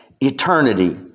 eternity